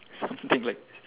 something like